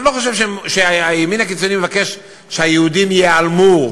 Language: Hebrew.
אני לא חושב שהימין הקיצוני מבקש שהיהודים ייעלמו,